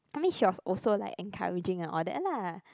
I mean she was also like encouraging and all that lah